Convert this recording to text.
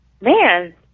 Man